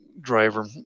driver